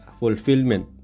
fulfillment